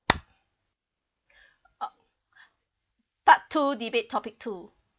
part two debate topic two